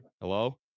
Hello